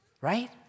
right